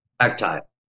Tactile